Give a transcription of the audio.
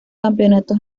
campeonato